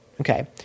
okay